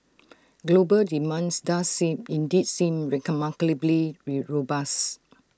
global demands does seem indeed seem ray robust